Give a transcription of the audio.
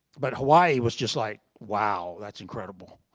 but hawaii was just like, wow, that's incredible.